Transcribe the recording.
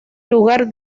lugar